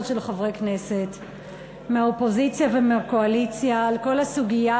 של חברי כנסת מהאופוזיציה ומהקואליציה על כל הסוגיה